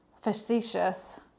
facetious